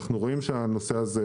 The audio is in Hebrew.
אנחנו רואים שהנושא הזה,